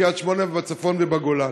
בקריית-שמונה ובצפון ובגולן.